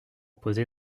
poser